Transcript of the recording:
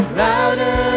louder